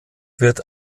wird